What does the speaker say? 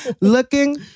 looking